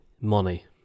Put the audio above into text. money